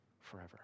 forever